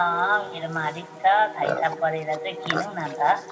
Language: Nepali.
मेरोमा अलिक छ थै थाप गरेर चाहिँ किनौँ न अन्त